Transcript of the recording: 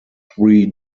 three